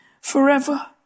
forever